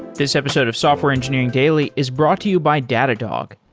this episode of software engineering daily is brought to you by datadog,